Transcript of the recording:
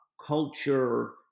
culture